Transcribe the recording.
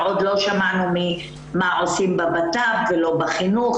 ועוד לא שמענו מה עושים בבט"פ ולא בחינוך